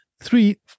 Three